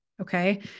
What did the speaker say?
Okay